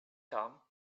tom